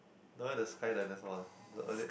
the one with the sky dinosaur one the what is it